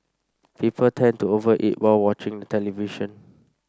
people tend to over eat while watching the television